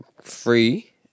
free